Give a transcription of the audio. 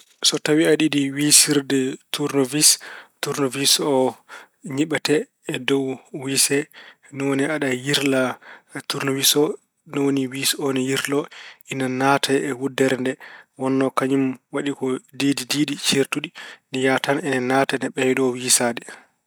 So tawi aɗa yiɗi wisirde tuurnawis, tuurnawis o ñiɓete e dow wis he ni woni aɗa yirla tuurnawis o, ni woni wis o ina yirlo, ina naata e wuddere nde. Wonno kañum waɗi ko tiidi tiidi ceertuɗi, ina yaha tan ina naata ene ɓeydo wisaade.